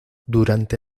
durante